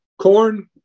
corn